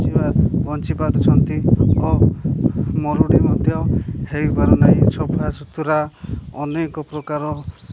ବଞ୍ଚିବା ବଞ୍ଚି ପାରୁଛନ୍ତି ଓ ମରୁଡ଼ି ମଧ୍ୟ ହୋଇପାରୁନାହିଁ ସଫା ସୁୁତୁରା ଅନେକ ପ୍ରକାର